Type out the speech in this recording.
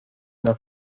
una